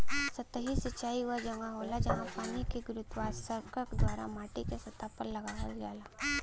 सतही सिंचाई वह जगह होला, जहाँ पानी के गुरुत्वाकर्षण द्वारा माटीके सतह पर लगावल जाला